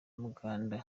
umuganda